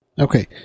Okay